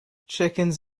chickens